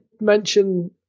mention